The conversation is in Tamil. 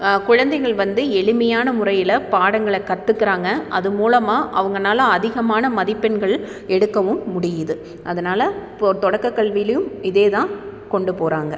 குழந்தைகள் வந்து எளிமையான முறையில் பாடங்களை கற்றுக்குறாங்க அது மூலமாக அவங்கனால் அதிகமான மதிப்பெண்கள் எடுக்கவும் முடியுது அதனால் இப்போ தொடக்கக் கல்விலேயும் இதேதான் கொண்டு போகிறாங்க